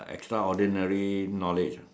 extraordinary knowledge